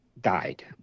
died